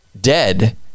dead